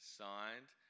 signed